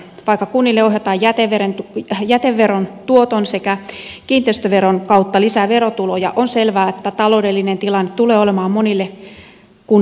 vaikka kunnille ohjataan jäteveron tuoton sekä kiinteistöveron kautta lisää verotuloja on selvää että taloudellinen tilanne tulee olemaan monelle kunnalle vaikea